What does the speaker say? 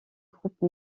groupe